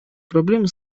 проблемы